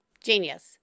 Genius